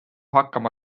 hakkama